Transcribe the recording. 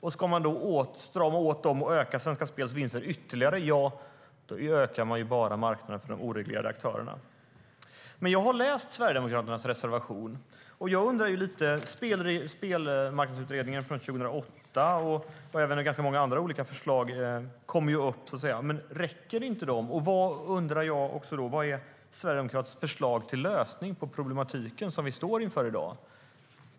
Stramar man åt reglerna för att ytterligare öka Svenska Spels vinst, ja, då ökar man ju bara marknaden för de oreglerade aktörerna. Men jag har läst Sverigedemokraternas reservation och undrar lite över den. Spelmarknadsutredningen från 2008 och även ganska många olika andra förslag kommer ju upp. Räcker inte de? Jag undrar också: Vad är Sverigedemokraternas förslag till lösning på problematiken som vi står inför i dag?